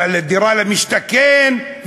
דירה למשתכן,